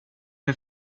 för